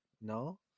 no